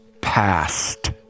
past